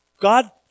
God